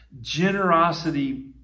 generosity